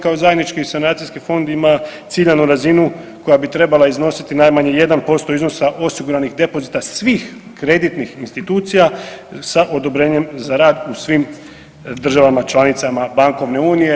Kao zajednički sanacijski fond ima ciljanu razinu koja bi trebala iznositi najmanje 1% iznosa osiguranih depozita svih kreditnih institucija sa odobrenjem za rad u svim državama članicama bankovne unije.